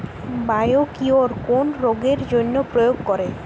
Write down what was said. Biocure কোন রোগেরজন্য প্রয়োগ করে?